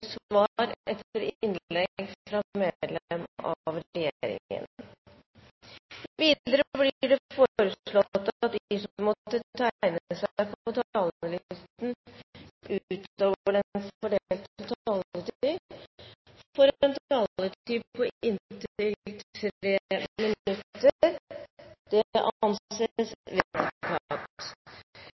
innlegg fra medlemmer av regjeringen innenfor den fordelte taletid. Videre blir det foreslått at de som måtte tegne seg på talerlisten utover den fordelte taletid, får en taletid på inntil 3 minutter. – Det anses vedtatt.